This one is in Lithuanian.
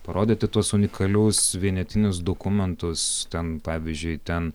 parodyti tuos unikalius vienetinius dokumentus ten pavyzdžiui ten